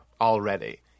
already